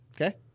Okay